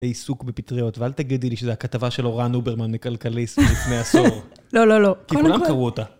לעיסוק בפטריות, ואל תגידי לי שזה הכתבה של אורן אוברמן, מכלכליסט, לפני עשור. לא, לא, לא. כי כולם קראו אותה.